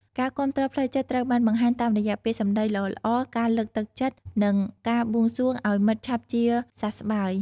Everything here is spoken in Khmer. ការគាំទ្រផ្លូវចិត្តត្រូវបានបង្ហាញតាមរយៈពាក្យសម្ដីល្អៗ ការលើកទឹកចិត្ត និងការបួងសួងឱ្យមិត្តឆាប់ជាសះស្បើយ។